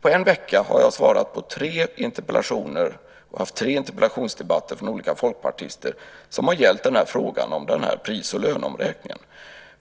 På en vecka har jag svarat på tre interpellationer och haft tre interpellationsdebatter med olika folkpartister. De har gällt frågan om pris och löneomräkningen.